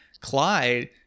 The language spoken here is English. clyde